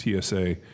TSA